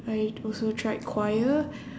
I'd also tried choir